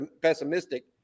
pessimistic